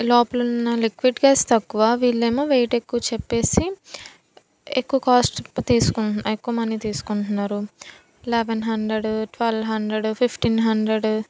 లోపల ఉన్న liquid gas తక్కువ వీళ్ళు ఏమో వెయిట్ ఎక్కువ చెప్పేసి ఎక్కువ కాస్ట్ తీసుకుం ఎక్కువ మనీ తీసుకుంటున్నారు eleven hundred twelve hundred fifteen hundred